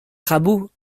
rabault